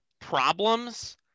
problems